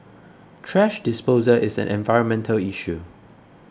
thrash disposal is an environmental issue